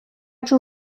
جور